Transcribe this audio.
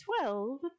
Twelve